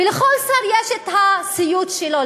ולכל שר יש הסיוט שלו,